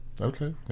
Okay